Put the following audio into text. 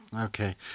Okay